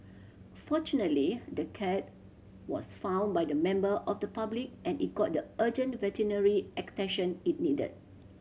fortunately the cat was found by the member of the public and it got the urgent veterinary attention it needed